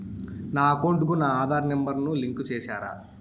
నా అకౌంట్ కు నా ఆధార్ నెంబర్ ను లింకు చేసారా